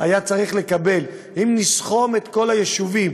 היה צריך לקבל, אם נסכום את כל היישובים,